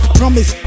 promise